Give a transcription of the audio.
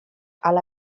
ala